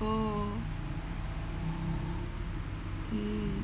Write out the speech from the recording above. oh mm